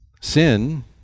Sin